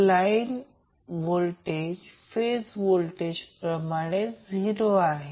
तर line voltage phase voltage प्रमाणे 0 आहे